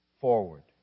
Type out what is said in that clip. forward